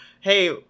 Hey